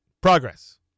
Progress